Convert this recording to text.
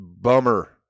bummer